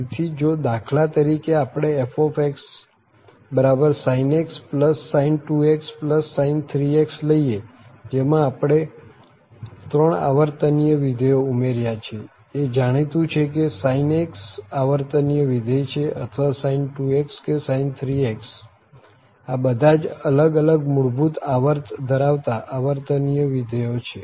તેથી જો દાખલા તરીકે આપણે fxsin x sin 2x sin 3x લઇએ જેમાં આપણે 3 આવર્તનીય વિધેયો ઉમેર્યા છે એ જાણીતું છે કે sin x આવર્તનીય વિધેય છે અથવા sin 2x કે sin 3x આ બધા જ અલગ અલગ મૂળભૂત આવર્ત ધરાવતા આવર્તનીય વિધેયો છે